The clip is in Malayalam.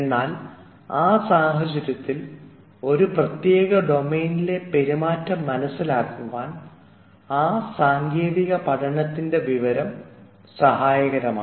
എന്നാൽ ആ സാഹചര്യത്തിൽ ഒരു പ്രത്യേക ഡൊമെയിനിലെ പെരുമാറ്റം മനസ്സിലാക്കുവാൻ ആ സാങ്കേതിക പഠനത്തിൻറെ വിവരം സഹായകരമാണ്